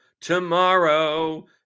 Tomorrow